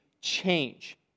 change